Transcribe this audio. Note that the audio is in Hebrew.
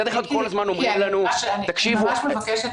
מיקי, אני ממש מבקשת.